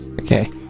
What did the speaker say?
okay